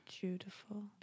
Beautiful